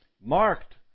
marked